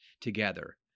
together